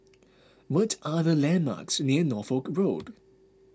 what are the landmarks near Norfolk Road